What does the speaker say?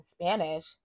Spanish